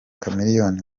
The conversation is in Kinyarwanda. chameleone